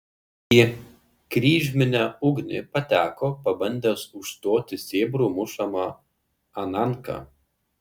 į kryžminę ugnį pateko pabandęs užstoti sėbrų mušamą ananką